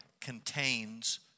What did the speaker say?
contains